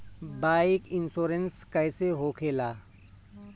Bike insurance कैसे होखे ला?